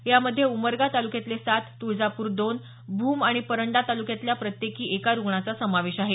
यामध्ये उमरगा तालुक्यातले सात तुळजापूर दोन भूम आणि परंडा तालुक्यातला प्रत्येकी एका रुग्णाचा समावेश आहे